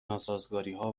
ناسازگاریها